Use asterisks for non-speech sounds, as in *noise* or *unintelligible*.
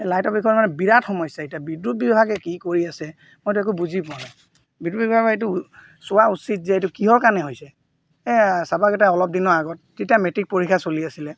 লাইটৰ বিষয়ে মানে বিৰাট সমস্যা এতিয়া বিদ্যুৎ বিভাগে কি কৰি আছে মইতো একো বুজি পোৱা নাই বিদ্যুৎ বিভাগে এইটো চোৱা উচিত যে এইটো কিহৰ কাৰণে হৈছে এই *unintelligible* অলপ দিনৰ আগত তেতিয়া মেট্ৰিক পৰীক্ষা চলি আছিলে